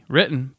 Written